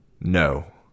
No